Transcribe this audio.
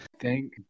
Thank